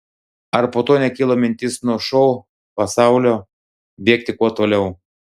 ar po to nekilo mintis nuo šou pasaulio bėgti kuo toliau